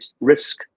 risk